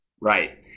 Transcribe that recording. Right